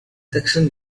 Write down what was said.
section